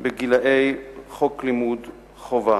גילאי חוק לימוד חובה.